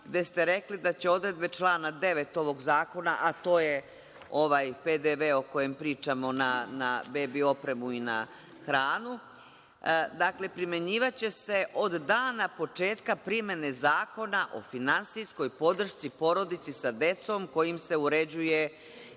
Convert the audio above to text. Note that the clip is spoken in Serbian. gde ste rekli da će odredbe člana 9. ovog zakona, a to je PDV na bebi opremu i na hranu, primenjivaće se od dana početka primene zakona o finansijskoj podršci porodici sa decom koji im se uređuje